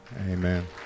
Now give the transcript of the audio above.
Amen